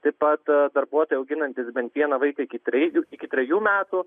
taip pat darbuotojai auginantys bent vieną vaiką iki trejų iki trejų metų